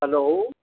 hello